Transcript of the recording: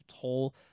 toll